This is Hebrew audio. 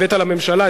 הבאת לממשלה,